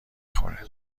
خوره